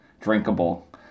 drinkable